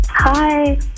Hi